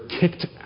kicked